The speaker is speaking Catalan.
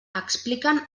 expliquen